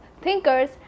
thinkers